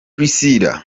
priscillah